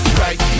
right